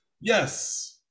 Yes